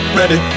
ready